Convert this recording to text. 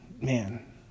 man